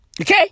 Okay